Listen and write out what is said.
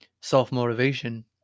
self-motivation